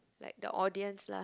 like the audience lah